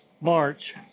March